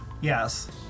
Yes